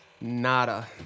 Nada